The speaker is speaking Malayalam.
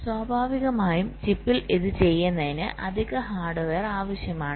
സ്വാഭാവികമായും ചിപ്പിൽ ഇത് ചെയ്യുന്നതിന് അധിക ഹാർഡ്വെയർ ആവശ്യമാണ്